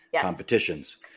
competitions